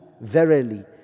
verily